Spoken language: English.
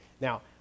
Now